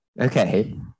Okay